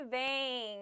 bem